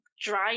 dry